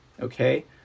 okay